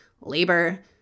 labor